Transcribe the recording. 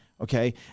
Okay